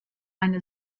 eine